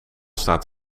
staat